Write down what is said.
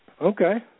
Okay